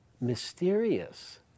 mysterious